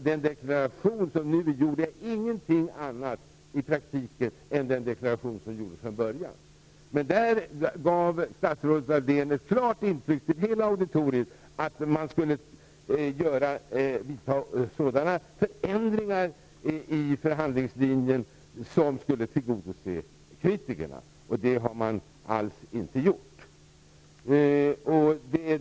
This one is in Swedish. Den deklaration som nu är gjord är ju i praktiken inget annat än den deklaration som gjordes från början. Där fick dock genom statsrådet Laurén hela auditoriet ett klart intryck av att sådana förändringar skulle vidtas i förhandlingslinjen som tillgodosåg kritikernas krav. Det har man alls inte gjort.